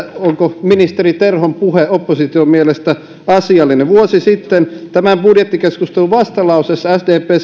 onko ministeri terhon puhe opposition mielestä asiallinen vuosi sitten tämän budjettikeskustelun vastalauseessa sdp